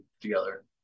together